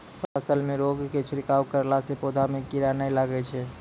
फसल मे रोगऽर के छिड़काव करला से पौधा मे कीड़ा नैय लागै छै?